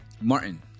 Martin